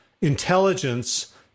intelligence